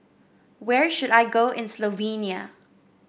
where should I go in Slovenia